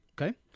Okay